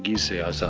sai. so